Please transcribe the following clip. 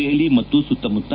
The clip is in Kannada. ದೆಹಲಿ ಮತ್ತು ಸುತ್ತಮುತ್ತ